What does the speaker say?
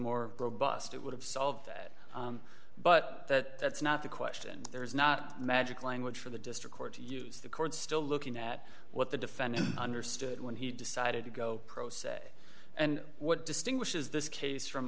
more robust it would have solved that but that it's not the question there is not magic language for the district court to use the courts still looking at what the defendant understood when he decided to go pro se and what distinguishes this case from